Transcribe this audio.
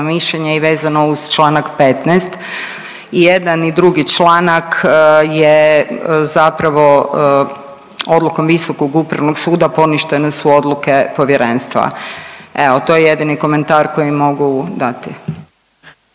mišljenje i vezano uz čl. 15.. I jedan i drugi članak je, zapravo odlukom Visokog upravnog suda poništene su odluke povjerenstva, evo to je jedini komentar koji mogu dati.